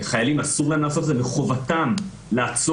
חיילים אסור להם לעשות את זה ומחובתם לעצור